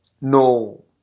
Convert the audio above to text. no